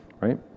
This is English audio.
Right